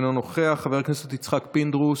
אינו נוכח, חבר הכנסת יצחק פינדרוס,